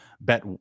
Bet